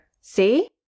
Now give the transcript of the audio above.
See